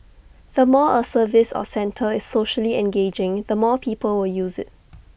the more A service or centre is socially engaging the more people will use IT